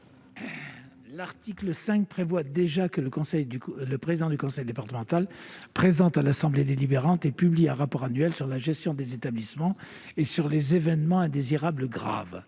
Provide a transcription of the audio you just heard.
L'article 5 prévoit que le président du conseil départemental présente à l'assemblée délibérante et publie un rapport annuel sur la gestion des établissements et sur les événements indésirables graves.